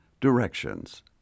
Directions